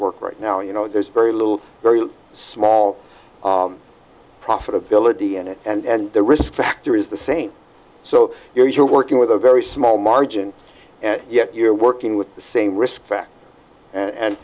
work right now you know there's very little very small profitability in it and the risk factor is the same so you're you're working with a very small margin and yet you're working with the same risk factor and